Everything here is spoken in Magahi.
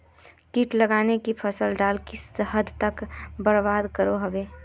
किट लगाले से फसल डाक किस हद तक बर्बाद करो होबे?